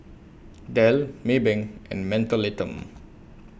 Dell Maybank and Mentholatum